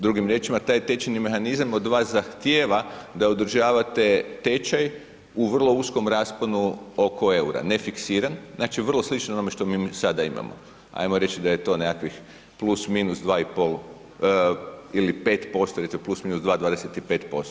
Drugim riječima taj tečajni mehanizam od vas zahtijeva da održavate tečaj u vrlo uskom rasponu oko EUR-a, nefiksiran, znači vrlo slično onome što mi sada imamo, ajmo reći da je to nekakvih plus/minus 2,5 ili 5% recimo plus/minus 2 25%